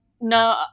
No